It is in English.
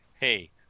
hey